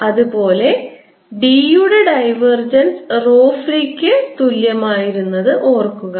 അതുപോലെ D യുടെ divergence rho free ക്ക് തുല്യമായിരുന്നത് ഓർക്കുക